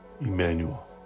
Emmanuel